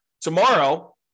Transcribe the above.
tomorrow